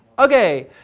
okay.